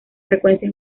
frecuencia